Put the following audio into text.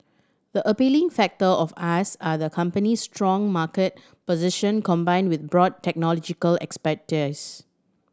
the appealing factor of us are the company's strong market position combined with broad technological expertise